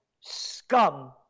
scum